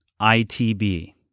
ITB